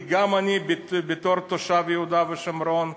כי גם אני בתור תושב יהודה ושומרון,